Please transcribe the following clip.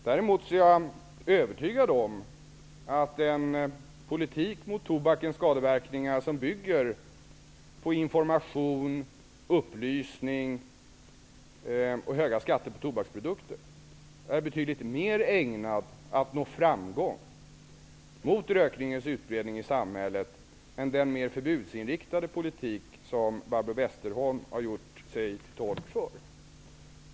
Däremot är jag övertygad om att en politik mot tobakens skadeverkningar som bygger på information, upplysning och höga skatter på tobaksprodukter är betydligt mer ägnad att nå framgång mot rökningens utbredning i samhället än den mer förbudsinriktade politik som Barbro Westerholm har gjort sig till tolk för.